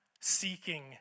seeking